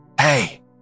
hey